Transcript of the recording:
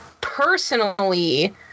Personally